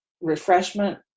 refreshment